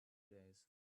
days